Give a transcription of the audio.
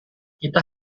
kita